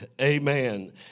Amen